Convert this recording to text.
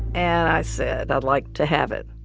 and i said i'd like to have it.